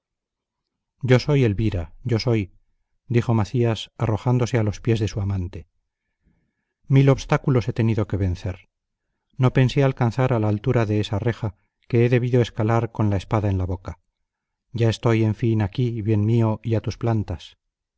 yo soy elvira yo soy dijo macías arrojándose a los pies de su amante mil obstáculos he tenido que vencer no pensé alcanzar a la altura de esa reja que he debido escalar con la espada en la boca ya estoy en fin aquí bien mío y a tus plantas